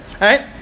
right